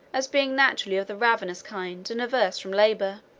as being naturally of the ravenous kind, and averse from labour.